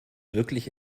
wirklich